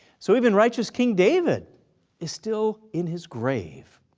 so even righteous king david is still in his grave.